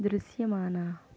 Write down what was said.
దృశ్యమాన